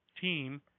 team